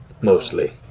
mostly